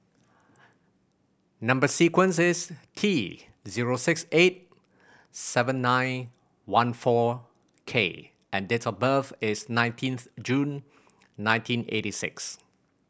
number sequence is T zero six eight seven nine one four K and date of birth is nineteenth June nineteen eighty six